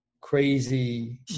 crazy